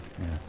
Yes